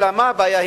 אלא מה הבעיה?